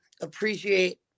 appreciate